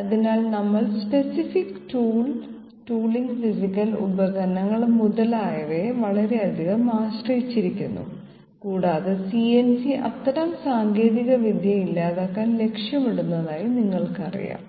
അതിനാൽ നമ്മൾ specific tooling physical ഉപകരണങ്ങൾ മുതലായവയെ വളരെയധികം ആശ്രയിച്ചിരിക്കുന്നു കൂടാതെ CNC അത്തരം സാങ്കേതികവിദ്യ ഇല്ലാതാക്കാൻ ലക്ഷ്യമിടുന്നതായി നിങ്ങൾക്കറിയാം